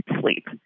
sleep